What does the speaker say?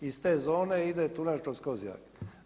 Iz te zone ide tunel kroz Kozjak.